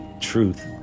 truth